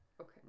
Okay